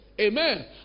Amen